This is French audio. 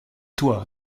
toi